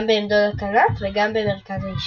גם בעמדות הכנף וגם במרכז הקישור.